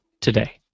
today